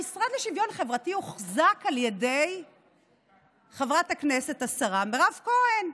המשרד לשוויון חברתי הוחזק על ידי חברת הכנסת השרה מירב כהן.